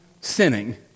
sinning